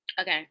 okay